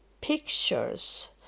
pictures